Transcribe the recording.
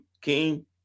King